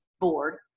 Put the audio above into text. board